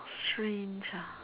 strange ah